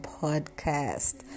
podcast